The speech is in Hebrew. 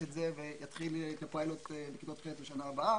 את זה ויתחיל את הפיילוט בכיתות ח' בשנה הבאה.